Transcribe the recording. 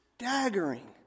staggering